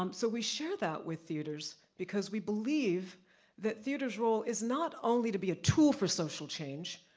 um so we share that with theaters because we believe that theaters' role is not only to be a tool for social change,